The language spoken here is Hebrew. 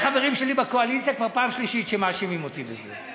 החברים שלי בקואליציה כבר פעם שלישית שהם מאשימים אותי בזה.